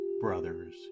brothers